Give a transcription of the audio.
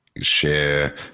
share